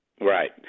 Right